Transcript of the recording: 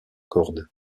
corde